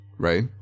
right